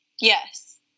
Yes